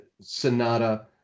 Sonata